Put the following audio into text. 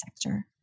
sector